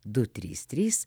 du trys trys